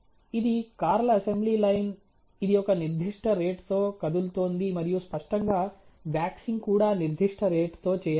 ఇది కార్ల assembly line ఇది ఒక నిర్దిష్ట రేటుతో కదులుతోంది మరియు స్పష్టంగా వాక్సింగ్ కూడా నిర్దిష్ట రేటుతో చేయాలి